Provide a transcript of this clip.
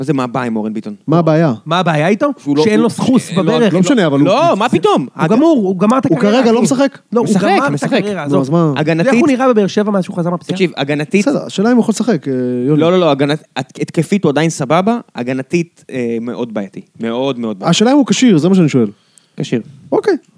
מה זה? מה הבעיה עם אורן ביטון? מה הבעיה? מה הבעיה איתו? שהוא לא... שאין לו סחוס בברך. לא משנה, אבל הוא... לא, מה פתאום? הוא גמור, הוא גמר את הקרירה. הוא כרגע לא משחק. לא, הוא משחק. הוא משחק, משחק. הוא משחק, משחק. אז מה? אז איך הוא נראה בבאר שבע מאז שהוא חזר מהפציעה? תקשיב, הגנתית... בסדר, השאלה אם הוא יכול לשחק, יונתן. לא, לא, לא, התקפית הוא עדיין סבבה, הגנתית מאוד בעייתי. מאוד מאוד בעייתי. השאלה אם הוא כשיר, זה מה שאני שואל. כשיר. אוקיי.